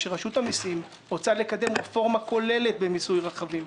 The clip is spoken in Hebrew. שרשות המיסים רוצה לקדם רפורמה כוללת במיסוי רכבים.